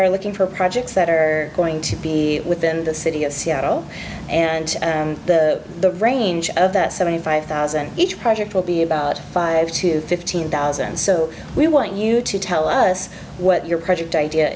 are looking for projects that are going to be within the city of seattle and the range of that seventy five thousand each project will be about five to fifteen thousand so we want you to tell us what your project idea